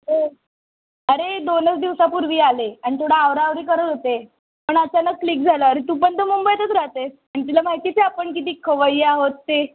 हो अरे दोनच दिवसापूर्वी आले आणि थोडं आवराआवरी करत होते पण अचानक क्लिक झालं अरे तू पण तर मुंबईतच राहतेस आणि तुला माहितीच आहे आपण किती खवय्ये आहोत ते